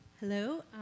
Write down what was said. Hello